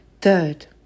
Third